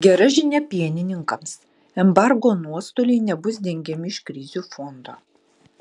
gera žinia pienininkams embargo nuostoliai nebus dengiami iš krizių fondo